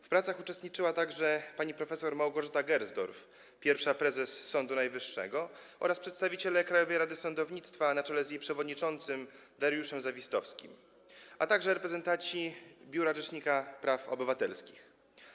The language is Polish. W pracach uczestniczyła także pani prof. Małgorzata Gersdorf, pierwsza prezes Sądu Najwyższego, oraz przedstawiciele Krajowej Rady Sądownictwa na czele z jej przewodniczącym Dariuszem Zawistowskim, a także reprezentanci Biura Rzecznika Praw Obywatelskich.